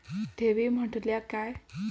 ठेवी म्हटल्या काय?